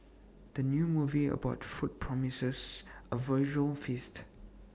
the new movie about food promises A visual feast